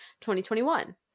2021